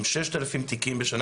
6,000 תיקים בשנה.